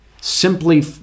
simply